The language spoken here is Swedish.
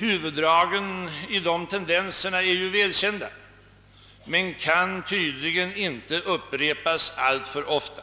Huvuddragen i de tendenserna är ju välkända men kan tydligen inte upprepas alltför ofta.